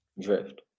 Drift